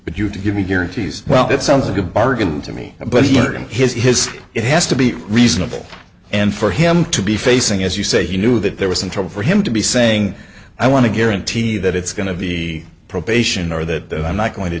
but you have to give me guarantees well that sounds like a bargain to me but here in his history it has to be reasonable and for him to be facing as you say he knew that there was some trouble for him to be saying i want to guarantee that it's going to be probation or that i'm not going to